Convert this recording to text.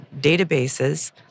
databases—